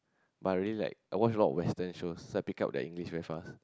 but I really like watch a lot of Western shows so pick up that English very fast